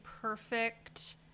perfect